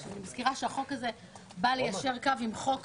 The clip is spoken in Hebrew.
אני מזכירה שהחוק הזה בא ליישר קו עם חוק